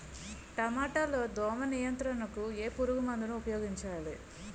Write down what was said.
టమాటా లో దోమ నియంత్రణకు ఏ పురుగుమందును ఉపయోగించాలి?